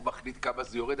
הוא מחליט כמה זה יורד.